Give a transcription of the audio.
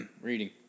Reading